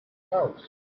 house